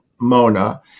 Mona